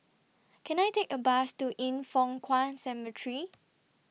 Can I Take A Bus to Yin Foh Kuan Cemetery